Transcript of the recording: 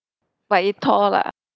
but it tore lah